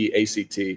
ACT